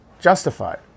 justified